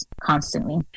constantly